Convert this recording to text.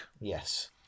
Yes